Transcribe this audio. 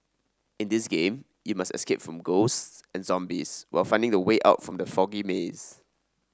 in this game you must escape from ghosts and zombies while finding the way out from the foggy maze